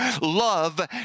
Love